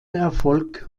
erfolg